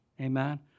amen